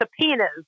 subpoenas